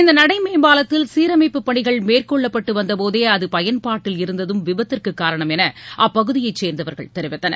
இந்தநடைமேம்பாலத்தில் பணிகள் சீரமைப்புப் மேற்கொள்ளப்பட்டுவந்தபோதேஅதுபயன்பாட்டில் இருந்தகம் விபத்துக்குகாரணம் எனஅப்பகுதியைச் சேர்ந்தவர்கள் தெரிவித்தனர்